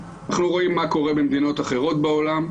אנחנו רואים מה קורה במדינות אחרות בעולם.